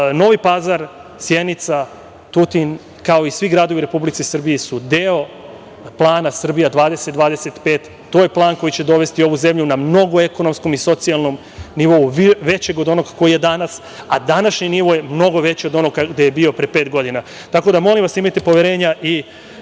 Novi Pazar, Sjenica, Tutin, kao i svi gradovi u Republici Srbiji su deo plana „Srbija 2025“, to je plan koji će dovesti ovu zemlju na mnogo ekonomskom i socijalnom nivou, većeg od onog koji je danas, a današnji nivo je mnogo veći od onog gde je bio pre pet godina. Tako da, molim vas imajte poverenja i